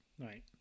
Right